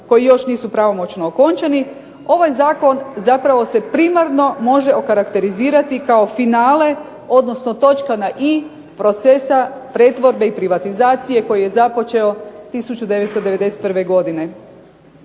koji još nisu pravomoćno okončani, ovaj zakon zapravo se primarno može okarakterizirati kao finale, odnosno točka na i procesa pretvorbe i privatizacije koji je započeo 1991. godine.